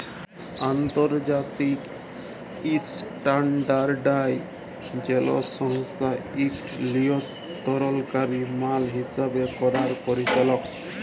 আলতর্জাতিক ইসট্যানডারডাইজেসল সংস্থা ইকট লিয়লতরলকারি মাল হিসাব ক্যরার পরিচালক